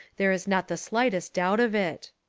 there is not the slightest doubt of it.